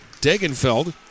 Degenfeld